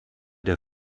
der